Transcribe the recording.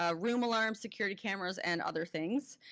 ah room alarms, security cameras, and other things.